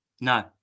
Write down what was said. No